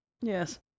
Yes